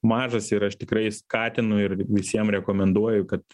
mažas ir aš tikrai skatinu ir visiems rekomenduoju kad